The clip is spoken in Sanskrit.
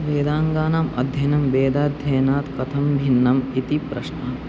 वेदाङ्गानाम् अध्ययनं वेदाध्ययनात् कथं भिन्नम् इति प्रश्नम्